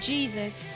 Jesus